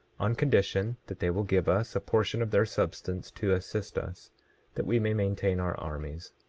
on condition that they will give us a portion of their substance to assist us that we may maintain our armies.